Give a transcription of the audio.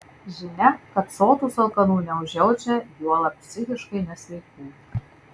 žinia kad sotūs alkanų neužjaučia juolab psichiškai nesveikų